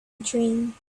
dream